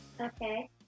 Okay